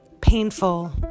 painful